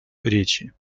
речи